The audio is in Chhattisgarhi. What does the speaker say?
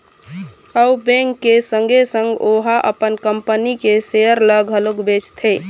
अउ बेंक के संगे संग ओहा अपन कंपनी के सेयर ल घलोक बेचथे